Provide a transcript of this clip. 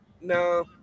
No